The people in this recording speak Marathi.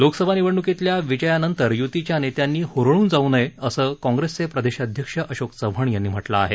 लोकसभा निवडण्कीतल्या विजयानंतर य्तीच्या नेत्यांनी हरळून जाऊ नये असं काँग्रेसचे प्रदेशाध्यक्ष अशोक चव्हाण यांनी म्हटलं आहे